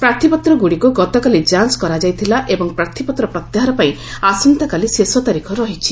ପ୍ରାର୍ଥୀପତ୍ରଗୁଡ଼ିକୁ ଗତକାଲି ଯାଞ୍ କରାଯାଇଥିଲା ଏବଂ ପ୍ରାର୍ଥୀପତ୍ର ପ୍ରତ୍ୟାହାର ପାଇଁ ଆସନ୍ତାକାଲି ଶେଷ ତାରିଖ ରହିଛି